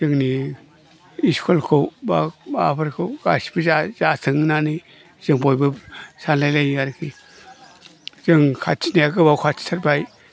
जोंनि इस्कुलखौ बा माबाफोरखौ गासिबो जाथों होननानै जों बयबो सानलाय लाय आरो जों खाथिनिया गोबाव खाथिथारबाय